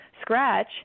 scratch